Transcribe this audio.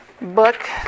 book